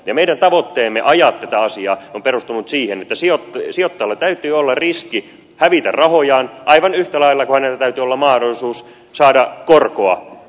meidän tavoitteemme ajaa tätä asiaa on perustunut siihen että sijoittajalla täytyy olla riski hävitä rahojaan aivan yhtä lailla kuin hänellä täytyy olla mahdollisuus saada korkoa paperista